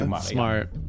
smart